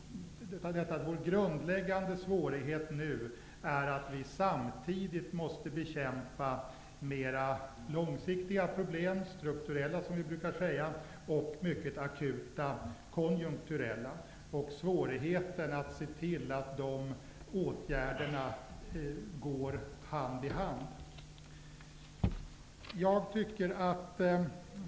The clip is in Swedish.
Vår grundläggande svårighet är nu att vi samtidigt måste bekämpa mer långsiktiga problem, vi brukar kalla dem strukturella, och mycket akuta konjunkturella problem. Svårigheten är att se till att åtgärderna går hand i hand.